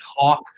talk